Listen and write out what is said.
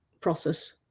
process